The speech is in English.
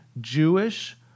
Jewish